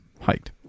hiked